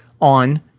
on